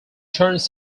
turns